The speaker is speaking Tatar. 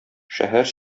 шәһәр